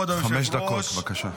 חמש דקות, בבקשה.